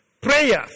Prayers